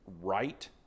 right